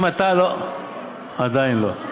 אם אתה לא, עדיין לא.